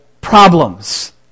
problems